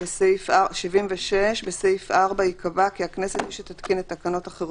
75. סעיף 4(א)